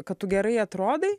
kad tu gerai atrodai